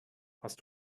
hast